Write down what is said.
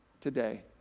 today